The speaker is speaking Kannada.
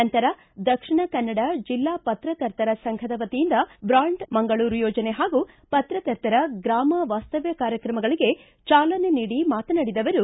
ನಂತರ ದಕ್ಷಿಣ ಕನ್ನಡ ಜಿಲ್ಲಾ ಪತ್ರಕರ್ತರ ಸಂಘದ ವತಿಯಿಂದ ಬ್ರಾಂಡ್ ಮಂಗಳೂರು ಯೋಜನೆ ಹಾಗೂ ಪತ್ರಕರ್ತರ ಗ್ರಾಮ ವಾಸ್ತವ್ಯ ಕಾರ್ಯಕ್ರಮಗಳಿಗೆ ಚಾಲನೆ ನೀಡಿ ಮಾತನಾಡಿದ ಅವರು